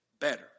better